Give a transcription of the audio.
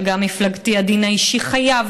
וגם מפלגתי: הדין האישי במדינת ישראל חייב